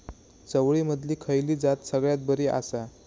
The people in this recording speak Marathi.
चवळीमधली खयली जात सगळ्यात बरी आसा?